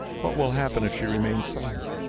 what will happen if she remains silent?